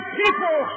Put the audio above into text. people